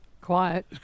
Quiet